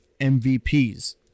MVPs